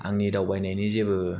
आंनि दावबायनायनि जेबो